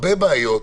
הרבה בעיות.